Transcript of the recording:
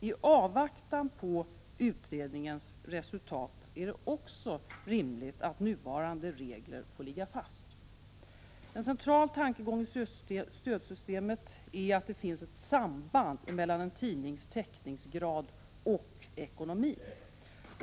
I avvaktan på utredningens resultat är det också rimligt att nuvarande regler får ligga fast. En central tankegång i stödsystemet är att det finns ett samband mellan en tidnings täckningsgrad och ekonomin.